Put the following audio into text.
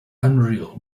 unreal